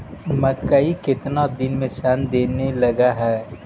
मकइ केतना दिन में शन देने लग है?